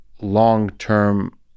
long-term